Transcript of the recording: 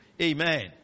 Amen